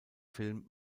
film